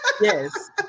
yes